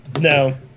No